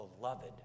beloved